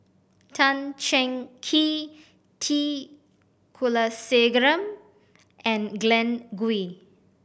Tan Cheng Kee T Kulasekaram and Glen Goei